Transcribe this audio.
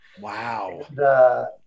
wow